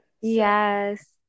Yes